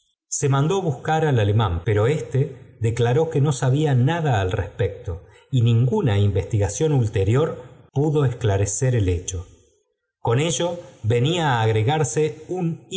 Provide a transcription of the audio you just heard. se mandó buscar al alemán pero éste declaró que no sabia nada al respecto y ninguna investigación ulterior pudo esclarecer el hecho con ello venía á agregarse un